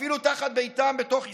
אפילו בביתם בתוך ישראל.